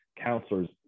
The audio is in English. counselors